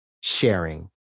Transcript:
sharing